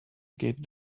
gave